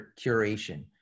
curation